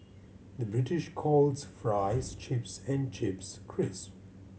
the British calls fries chips and chips crisps